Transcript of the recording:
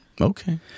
Okay